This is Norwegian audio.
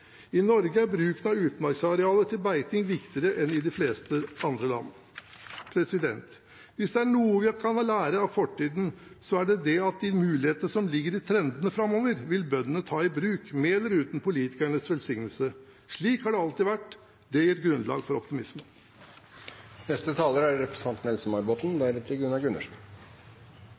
I Norge er bruken av utmarksarealene til beiting viktigere enn i de fleste andre land. Hvis det er noe vi kan lære av fortiden, så er det at de mulighetene som ligger i trendene framover, vil bøndene ta i bruk med eller uten politikernes velsignelse. Slik har det alltid vært. Det gir grunnlag for